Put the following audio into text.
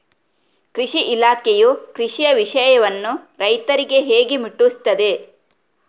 ಕೃಷಿ ಇಲಾಖೆಯು ಕೃಷಿಯ ವಿಷಯವನ್ನು ರೈತರಿಗೆ ಹೇಗೆ ಮುಟ್ಟಿಸ್ತದೆ?